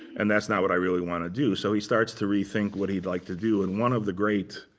and that's not what i really want to do. so he starts to rethink what he'd like to do. and one of the great